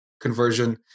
conversion